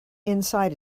inside